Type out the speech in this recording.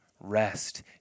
rest